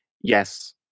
Yes